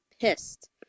pissed